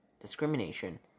discrimination